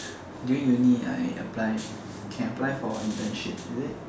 during uni I apply can apply for internship is it